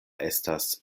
estas